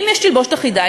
אם יש תלבושת אחידה,